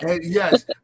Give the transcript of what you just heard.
Yes